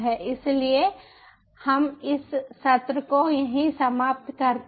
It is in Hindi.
इसलिए हम इस सत्र को यहीं समाप्त करते हैं